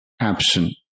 absent